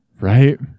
right